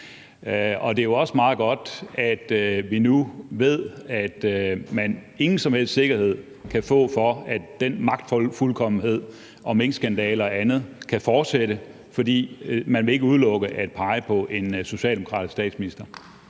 det er jo også meget godt, at vi nu ved, at vi ingen som helst sikkerhed kan få for, at den magtfuldkommenhed med minkskandale og andet ikke kan fortsætte, fordi man ikke vil udelukke at pege på en socialdemokratisk statsminister.